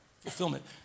fulfillment